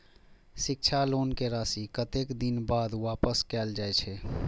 शिक्षा लोन के राशी कतेक दिन बाद वापस कायल जाय छै?